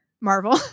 Marvel